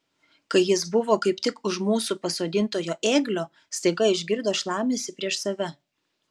kai jis buvo kaip tik už mūsų pasodintojo ėglio staiga išgirdo šlamesį prieš save